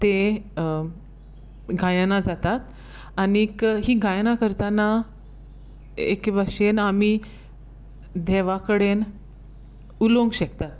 तें गायनां जातात आनीक हीं गायनां करताना एके भाशेन आमी देवा कडेन उलोवंक शेकतात